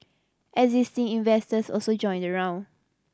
existing investors also joined the round